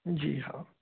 जी हाँ